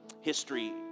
history